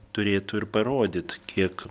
turėtų ir parodyt kiek